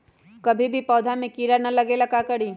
कभी भी पौधा में कीरा न लगे ये ला का करी?